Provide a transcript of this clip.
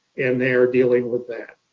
and they are dealing with that.